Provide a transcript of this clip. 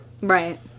Right